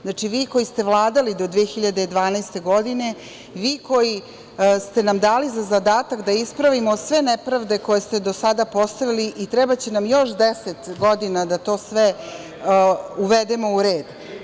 Znači vi koji ste vladali do 2012. godine, vi koji ste nam dali za zadatak da ispravimo sve nepravde koje ste do sada postavili i trebaće nam još 10 godina da to sve uvedemo u red.